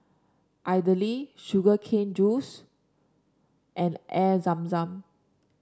idly Sugar Cane Juice and Air Zam Zam